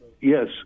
yes